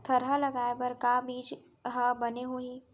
थरहा लगाए बर का बीज हा बने होही?